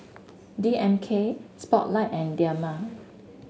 D M K Spotlight and Dilmah